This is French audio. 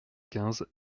quinze